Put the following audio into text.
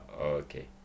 Okay